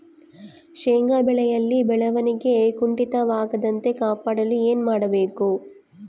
ಶೇಂಗಾ ಬೆಳೆಯಲ್ಲಿ ಬೆಳವಣಿಗೆ ಕುಂಠಿತವಾಗದಂತೆ ಕಾಪಾಡಲು ಏನು ಮಾಡಬೇಕು?